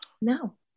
No